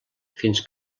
fins